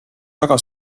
väga